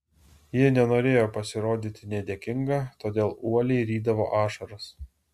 ji nenorėjo pasirodyti nedėkinga todėl uoliai rydavo ašaras